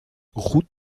route